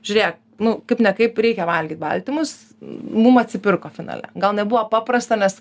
žiūrėk nu kaip ne kaip reikia valgyt baltymus mum atsipirko finale gal nebuvo paprasta nes